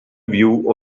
view